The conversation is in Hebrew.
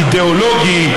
אידיאולוגי,